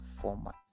format